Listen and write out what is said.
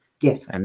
Yes